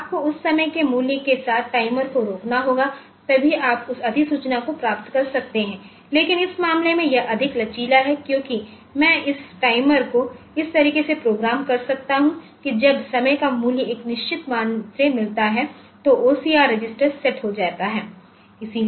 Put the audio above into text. तो आपको उस समय के मूल्य के साथ टाइमर को रोकना होगा तभी आप उस अधिसूचना को प्राप्त कर सकते हैं लेकिन इस मामले में यह अधिक लचीला है क्योंकि मैं इस टाइमर को इस तरीके से प्रोग्राम कर सकता हूं कि जब समय का मूल्य एक निश्चित मान से मिलता है तोOCR रजिस्टर सेट हो जाता है